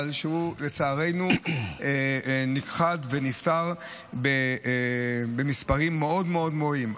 אבל לצערנו הוא נכחד ונפטר במספרים מאוד מאוד גבוהים.